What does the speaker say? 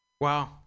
Wow